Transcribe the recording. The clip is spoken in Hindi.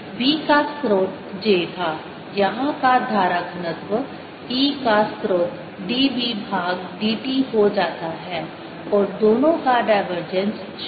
B का स्रोत J था यहां का धारा घनत्व E का स्रोत dB भाग dt हो जाता है और दोनों का डाइवर्जेंस 0 होता है